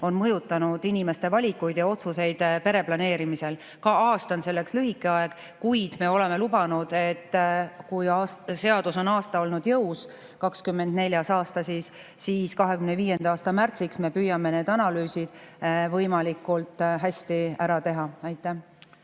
on mõjutanud inimeste valikuid ja otsuseid pere planeerimisel. Ka aasta on selleks lühike aeg, kuid me oleme lubanud, et kui seadus on aasta olnud jõus – 2024. aasta –, siis 2025. aasta märtsiks me püüame need analüüsid võimalikult hästi ära teha. Aitäh!